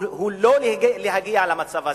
לא להגיע למצב הזה.